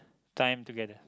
time together